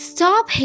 Stop